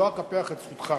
לא אקפח את זכותך.